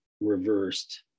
reversed